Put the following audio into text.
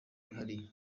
wihariye